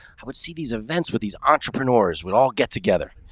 i would see these events with these entrepreneurs would all get together,